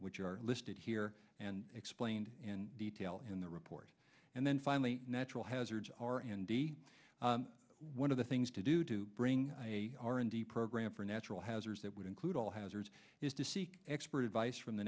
which are listed here and explained in detail in the report and then finally natural hazards r and d one of the things to do to bring a r and d program for natural hazards that would include all hazards is to seek expert advice from the